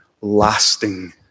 lasting